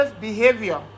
behavior